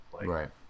Right